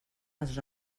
els